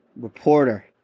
Reporter